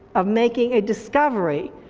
of making a discovery,